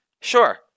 Sure